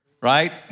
right